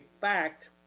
fact